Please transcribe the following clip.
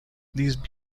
these